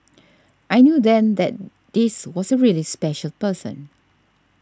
I knew then that this was a really special person